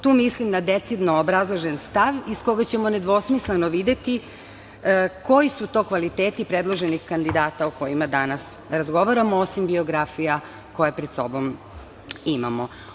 Tu mislim na decidno obrazložen stav iz koga ćemo nedvosmisleno videti koji su to kvaliteti predloženih kandidata o kojima danas razgovaramo, osim biografija koje pred sobom imamo.